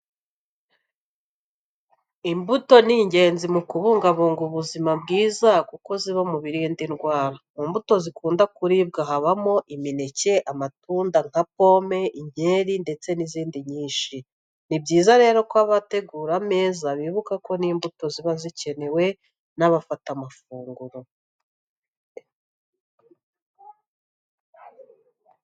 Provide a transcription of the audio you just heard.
Imbuto ni ingenzi mu kubungabunga ubuzima bwiza kuko ziba mu birinda indwara. Mu mbuto zikunda kuribwa habamo imineke, amatunda nka pome, inkeri ndetse n'izindi nyinshi. Ni byiza rero ko abategura ameza bibuka ko n'imbuto ziba zikenewe n'abafata amafunguro.